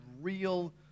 real